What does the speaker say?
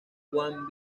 juan